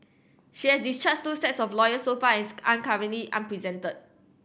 she has discharged two sets of lawyers so far as currently unrepresented